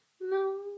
no